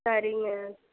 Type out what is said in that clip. சரிங்க